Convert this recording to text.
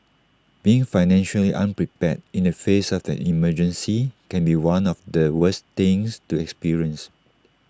being financially unprepared in the face of an emergency can be one of the worst things to experience